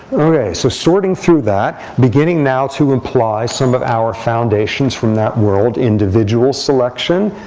so sorting through that, beginning now to apply some of our foundations from that world, individual selection,